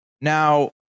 Now